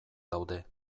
daude